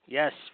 Yes